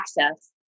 access